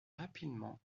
rapidement